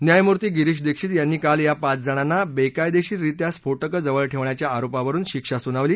न्यायमूर्ती गिरीश दिक्षित यांनी काल या पाचजणांना बेकायदेशीर रीत्या स्फोटकं जवळ ठेवण्याच्या आरोपावरुन शिक्षा सुनावली